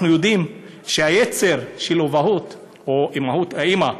אנחנו יודעים שהיצר של האימהות אצל האימא,